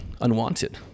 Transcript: unwanted